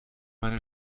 meine